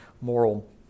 moral